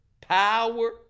power